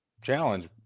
challenge